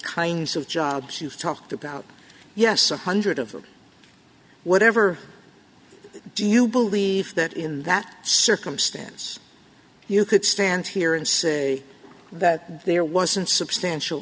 kinds of jobs you've talked about yes one hundred of whatever do you believe that in that circumstance you could stand here and say that there wasn't substantial